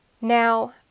Now